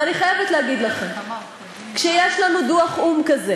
ואני חייבת להגיד לכם, כשיש לנו דוח או"ם כזה,